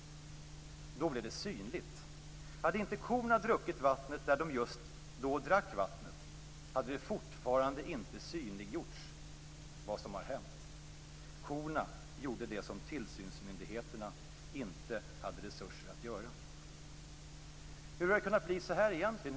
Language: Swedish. Då blev det synligt. Hade inte korna druckit vattnet där de just då gjorde det, hade det fortfarande inte synliggjorts vad som har hänt. Korna gjorde det som tillsynsmyndigheterna inte hade resurser att göra. Hur har det kunnat bli så här egentligen?